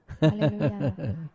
Hallelujah